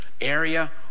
area